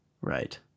Right